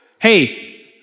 hey